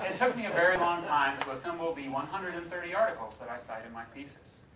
and took me a very long time to assemble the one hundred and thirty articles that i cite in my thesis,